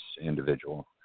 individual